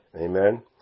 Amen